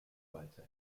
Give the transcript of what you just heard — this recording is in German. weiter